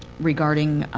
regarding